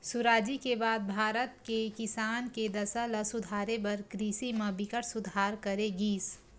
सुराजी के बाद भारत के किसान के दसा ल सुधारे बर कृषि म बिकट सुधार करे गिस